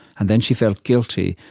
and then she felt guilty.